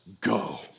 go